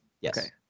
Yes